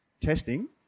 testing